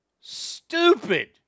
stupid